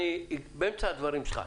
אני אפריע לך באמצע הדברים שלך.